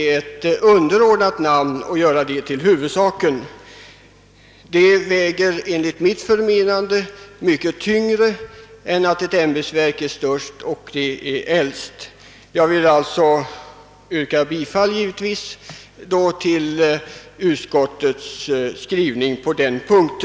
Den underordnade verksamheten bör därför inte göras till huvudsak när det gäller namnfrågan, och jag hemställer om bifall till utskottets förslag på denna punkt.